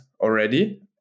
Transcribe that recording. already